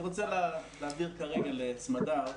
אני רוצה להעביר כרגע לסמדר,